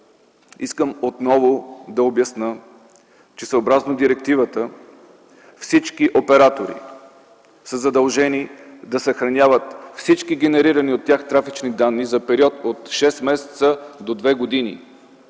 искам отново да обясня, че съобразно директивата всички оператори са задължени да съхраняват всички генерирани от тях трафични данни за период от 6 месеца до 2 години,